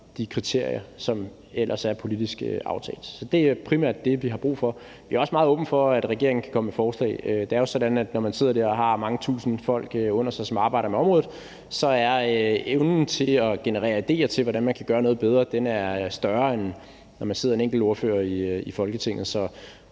de kriterier, som ellers er politisk aftalt. Så det er primært det, vi har brug for. Vi er også meget åbne over for, at regeringen kan komme forslag. Det er jo sådan, at når man sidder der og har mange tusind folk under sig, som arbejder med området, så er evnen til at generere idéer til, hvordan man kan gøre noget bedre, større, end når man sidder en enkelt ordfører i Folketinget. Så